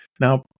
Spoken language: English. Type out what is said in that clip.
Now